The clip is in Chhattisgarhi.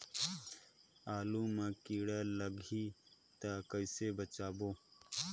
आलू मां कीड़ा लाही ता कइसे बचाबो?